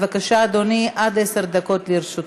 בבקשה, אדוני, עד עשר דקות לרשותך.